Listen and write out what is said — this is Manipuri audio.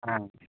ꯑꯥ